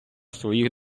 своїх